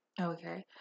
Okay